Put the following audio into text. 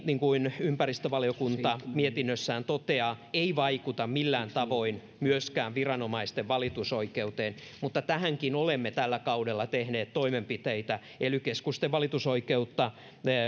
niin kuin ympäristövaliokunta mietinnössään toteaa esitys ei vaikuta millään tavoin myöskään viranomaisten valitusoikeuteen mutta tähänkin olemme tällä kaudella tehneet toimenpiteitä ely keskusten valitusoikeutta